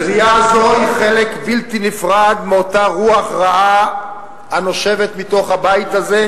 קריאה זו היא חלק בלתי נפרד מאותה רוח רעה הנושבת מתוך הבית הזה,